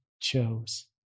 chose